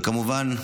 וכמובן,